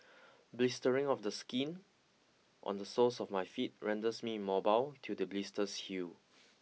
blistering of the skin on the soles of my feet renders me mobile till the blisters heal